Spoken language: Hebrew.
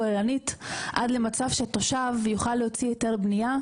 כוללנית עד למצב שהתושב יוכל להוציא היתר בנייה.